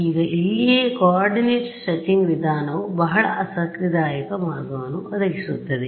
ಈಗ ಇಲ್ಲಿಯೇ coordinate stretching ವಿಧಾನವು ಬಹಳ ಆಸಕ್ತಿದಾಯಕ ಮಾರ್ಗವನ್ನು ಒದಗಿಸುತ್ತದೆ